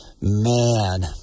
Man